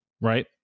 right